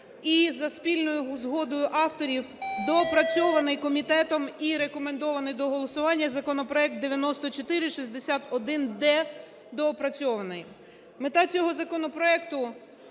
і за спільною згодою авторів доопрацьований комітетом і рекомендований до голосування законопроект 9461-д (доопрацьований). Мета цього законопроекту